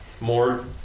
more